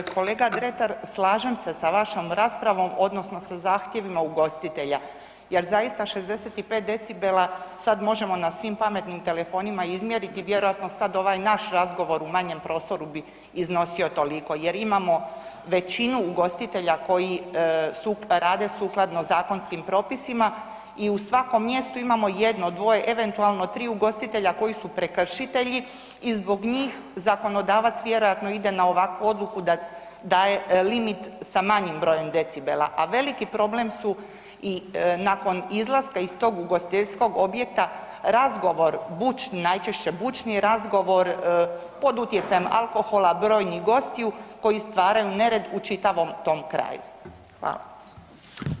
Kolega Dretar, slažem se sa vašom raspravom odnosno sa zahtjevima ugostitelja jer zaista 65 dB, sad možemo na svim pametnim telefonima izmjeriti, vjerojatno sad ovaj naš razgovor u manjem prostoru bi iznosio toliko jer imamo većinu ugostitelja koji rade sukladno zakonskim propisima i u svakom mjestu imamo jedno, dvoje eventualno tri ugostitelja koji su prekršitelji i zbog njih zakonodavac vjerojatno ide na ovakvu odluku da daje limit sa manjim brojem decibela, a veliki problem su i nakon izlaska iz tog ugostiteljskog objekta razgovor bučni, najčešće bučni razgovor pod utjecajem alkohola brojnih gostiju koji stvaraju nered u čitavom tom kraju.